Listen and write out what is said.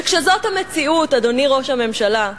וכשזאת המציאות, אדוני ראש הממשלה,